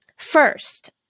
First